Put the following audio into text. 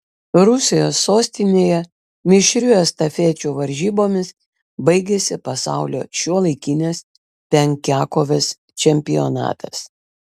rusijos sostinėje mišrių estafečių varžybomis baigėsi pasaulio šiuolaikinės penkiakovės čempionatas